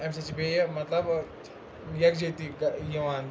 اَمہِ سۭتۍ چھِ بیٚیہِ مطلب یَکجیتی یِوان